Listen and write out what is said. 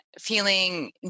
feeling